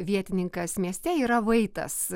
vietininkas mieste yra vaitas